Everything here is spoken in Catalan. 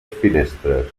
finestres